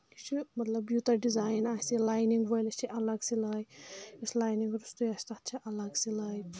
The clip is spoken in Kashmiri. یہِ چھُ مطلب یوٗتاہ ڈِزایِن آسہِ لاینِنٛگ وٲلِس چھِ الگ سِلاے یُس لاینِنٛگ روٚستُے آسہِ تَتھ چھِ الگ سِلاے